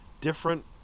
different